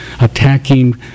attacking